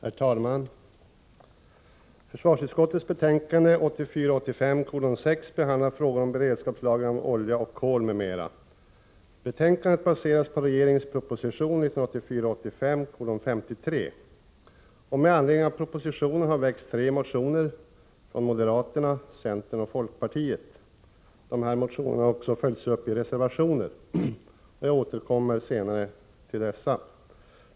Herr talman! Försvarsutskottets betänkande 1984 85:53. Med anledning av propositionen har väckts tre motioner, av moderaterna, centern och folkpartiet. Motionerna har följts upp i reservationer. Jag återkommer senare till dessa.